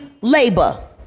labor